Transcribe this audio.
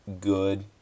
good